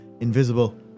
invisible